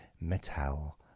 metal